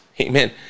Amen